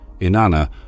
Inanna